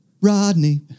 Rodney